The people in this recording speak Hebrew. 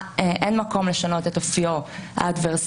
אין מקום לשנות את אופיו האדוורסרי,